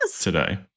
Today